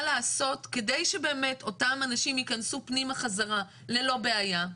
לעשות כדי שבאמת אותם אנשים יכנסו פנימה חזרה ללא בעיה,